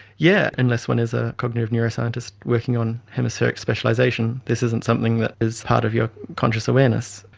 yeah unless one is a cognitive neuroscientist working on hemispheric specialisation, this isn't something that is part of your conscious awareness.